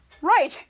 right